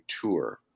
tour